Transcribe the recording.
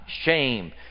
shame